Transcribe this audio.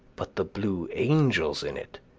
but the blue angels in it,